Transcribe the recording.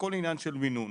הכל עניין של מינון.